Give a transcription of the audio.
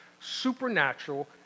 supernatural